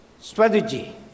strategy